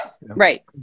Right